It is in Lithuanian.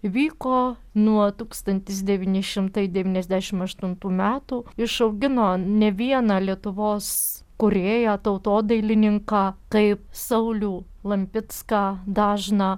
vyko nuo tūkstantis devyni šimtai devyniasdešim aštuntų metų išaugino ne vieną lietuvos kūrėją tautodailininką kaip saulių lampicką dažną